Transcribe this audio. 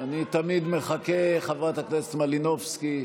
אני תמיד מחכה, חברת הכנסת מלינובסקי.